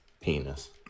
penis